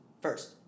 first